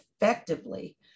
effectively